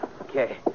Okay